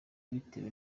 bitewe